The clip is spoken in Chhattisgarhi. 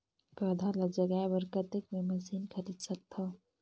पौधा ल जगाय बर कतेक मे मशीन खरीद सकथव?